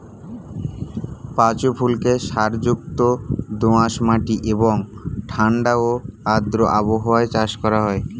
পাঁচু ফুলকে সারযুক্ত দোআঁশ মাটি এবং ঠাণ্ডা ও আর্দ্র আবহাওয়ায় চাষ করা হয়